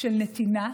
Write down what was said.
של נתינה,